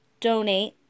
donate